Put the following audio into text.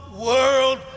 world